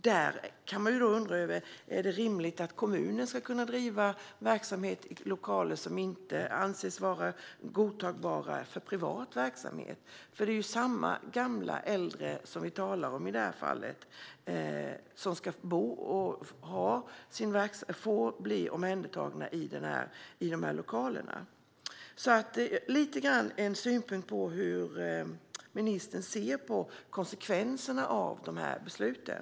Då kan man undra om det är rimligt att kommuner ska kunna driva verksamhet i lokaler som inte anses vara godtagbara för privat verksamhet? Det är samma äldre som ska bo i och bli omhändertagna i de här lokalerna. Jag skulle vilja höra hur ministern ser på konsekvenserna av besluten.